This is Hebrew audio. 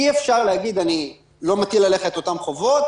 אי אפשר להגיד אני לא מטיל עליך את אותן חובות,